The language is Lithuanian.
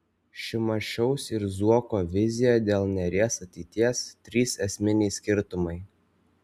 šimašiaus ir zuoko vizija dėl neries ateities trys esminiai skirtumai